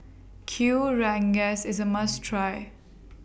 Kuih Rengas IS A must Try